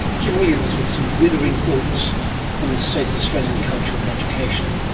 kim williams with some withering thoughts on the state of australian culture and education.